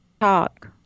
talk